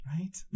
Right